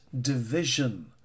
division